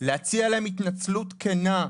להציע להם התנצלות כנה,